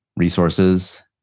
resources